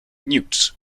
newts